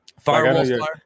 Firewall